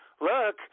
look